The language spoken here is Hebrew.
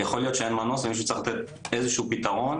יכול להיות שאין מנוס ומישהו צריך איזשהו פתרון,